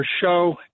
show